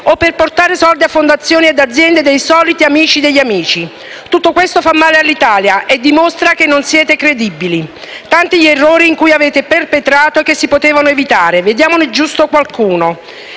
o per portare soldi a fondazioni e aziende dei soliti amici degli amici. Tutto questo fa male all'Italia e dimostra che non siete credibili. Tanti sono gli errori che avete perpetrato e che si potevano evitare, come la